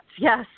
Yes